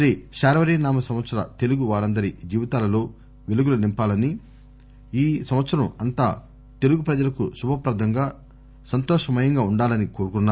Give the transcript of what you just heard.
శ్రీ శార్వరి నామ సంవత్సరం తెలుగు వారందరి జీవితాలలో పెలుగులు నింపాలని ఈ సంవత్సరం అంతా తెలుగు ప్రజలకు శుభప్రదంగా సంతోషమయంగా ఉండాలన్నారు